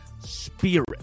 spirit